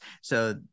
So-